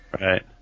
Right